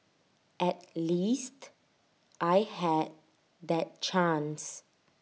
at least I had that chance